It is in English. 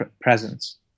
presence